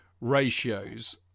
ratios